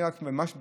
ממש בקצרה,